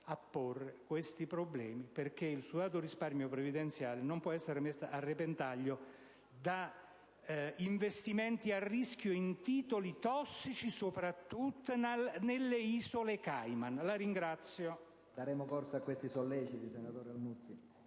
a porre questi problemi ma il sudato risparmio previdenziale non può essere messo a repentaglio da investimenti a rischio in titoli tossici, soprattutto nelle isole Cayman. *(Applausi